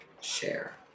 share